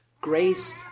grace